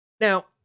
now